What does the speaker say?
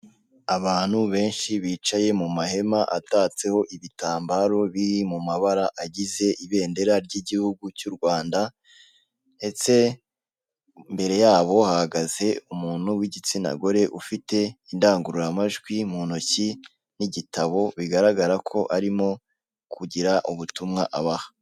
Abantu benshi bicaye mu mahema atatseho ibitambaro biri mu mabara agize ibendera ry'igihugu cy'u Rwanda ndetse imbere yabo hahagaze umuntu w'igitsina gore ufite indangururamajwi mu ntoki n'igitabo bigaragara ko arimo kugira ubutumwa abaha .